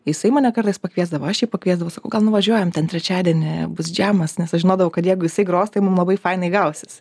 jisai mane kartais pakviesdavo aš jį pakviesdavau sakau gal nuvažiuojam ten trečiadienį bus džiamas nes aš žinodavau kad jeigu jisai gros tai mum labai fainai gausis